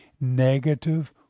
negative